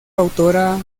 autora